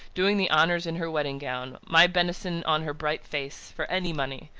doing the honours in her wedding-gown, my benison on her bright face! for any money.